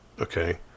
Okay